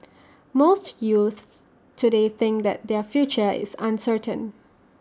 most youths today think that their future is uncertain